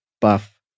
buff